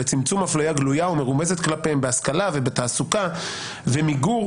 לצמצום הפליה גלויה ומרומזת כלפיהם בהשכלה ובתעסוקה ומיגור